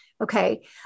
Okay